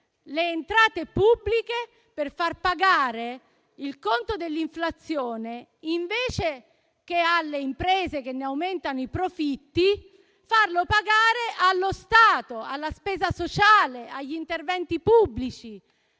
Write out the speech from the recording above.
le entrate pubbliche per far pagare il conto dell'inflazione, invece che alle imprese, che aumentano i profitti, allo Stato, alla spesa sociale e agli interventi pubblici.